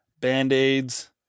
band-aids